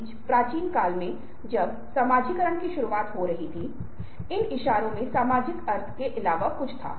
कुछ ऐसा करना जो एक तरह से दूसरे लोगों को नुकसान पहुंचाता है कुछ अर्थों में हेरफेर है